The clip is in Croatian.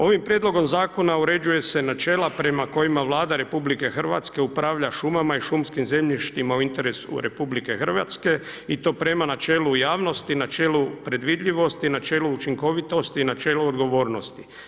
Ovim prijedlogom zakona uređuju se načela prema kojima Vlada RH upravlja šumama i šumskim zemljištima u interesu RH i to prema načelu javnosti, načelu predvidljivosti, načelu učinkovitosti i načelu odgovornosti.